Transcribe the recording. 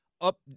up